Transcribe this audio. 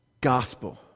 gospel